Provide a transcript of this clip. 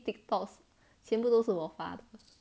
TikTok 全部都是我发的